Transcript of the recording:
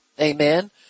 Amen